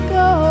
go